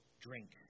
drink